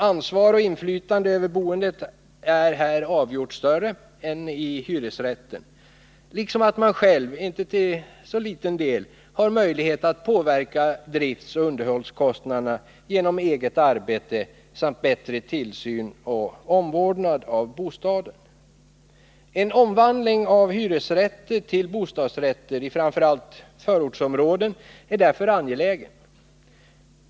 Ansvaret för och inflytandet över boendet är här avgjort större än i hyresrätten, och man har själv till inte ringa del möjlighet att påverka driftoch underhållskostnaderna genom eget arbete samt bättre tillsyn och omvårdnad av bostaden. En omvandling av hyresrätter till bostadsrätter i framför allt förortsområden är därför angelägen.